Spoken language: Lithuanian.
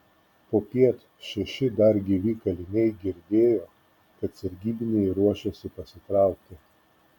popiet šeši dar gyvi kaliniai girdėjo kad sargybiniai ruošiasi pasitraukti